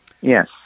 Yes